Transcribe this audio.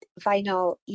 vinyl